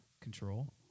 control